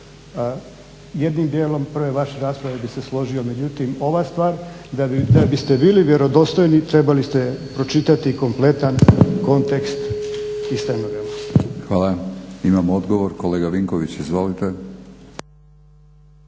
Jednim dijelom prve vaše rasprave bih se složio. Međutim ova stvar da biste bili vjerodostojni trebali ste pročitati kompletan kontekst iz stenograma. **Batinić, Milorad (HNS)** Hvala. Imamo odgovor, kolega Vinković izvolite.